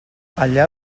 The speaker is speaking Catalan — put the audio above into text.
allà